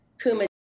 Kuma